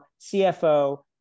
CFO